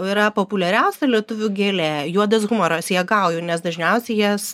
yra populiariausia lietuvių gėlė juodas humoras juokauju nes dažniausiai jas